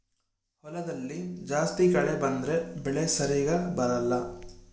ಹೊಲದಲ್ಲಿ ಜಾಸ್ತಿ ಕಳೆ ಬಂದ್ರೆ ಬೆಳೆ ಸರಿಗ ಬರಲ್ಲ